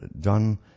done